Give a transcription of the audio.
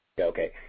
Okay